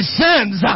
sins